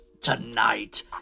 tonight